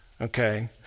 okay